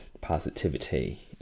positivity